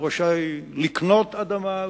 הוא רשאי לקנות אדמה,